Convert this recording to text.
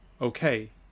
okay